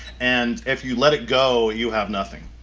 and if you let it go, you have nothing.